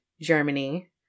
germany